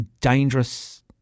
dangerous